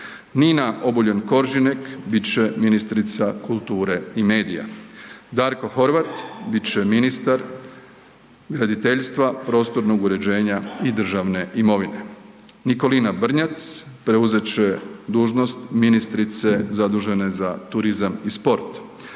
Nina Obuljen Koržinek bit će ministrica kulture i medija. Darko Horvat bit će ministar graditeljstva, prostornog uređenja i državne imovine. Nikolina Brnjac preuzet će dužnost ministrice zadužene za turizam i sport.